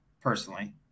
personally